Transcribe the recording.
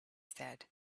said